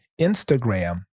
Instagram